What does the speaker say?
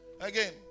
again